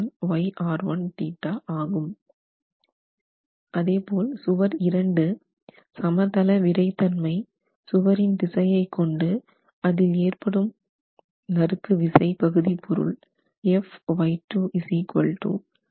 அதே போல் சுவர் 2 சமதள விறைத்தன்மை சுவரின் திசையை கொண்டு அதில் ஏற்படும் ஏற்படும் நறுக்கு விசை பகுதி பொருள் ஆகும்